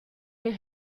les